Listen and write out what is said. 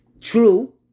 True